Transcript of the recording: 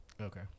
Okay